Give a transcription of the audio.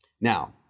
Now